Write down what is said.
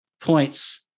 points